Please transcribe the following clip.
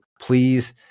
please